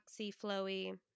flowy